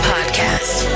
Podcast